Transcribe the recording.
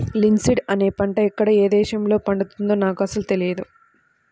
linseed అనే పంట ఎక్కడ ఏ దేశంలో పండుతుందో నాకు అసలు తెలియదు